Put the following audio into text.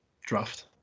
draft